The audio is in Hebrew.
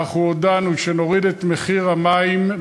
אנחנו הודענו שנוריד את מחירי המים,